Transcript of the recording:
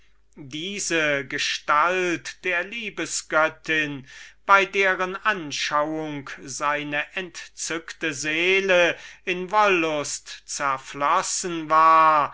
diese gestalt der liebes-göttin bei deren anschauen seine entzückte seele in wollust zerflossen war